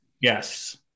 Yes